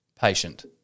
patient